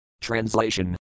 Translation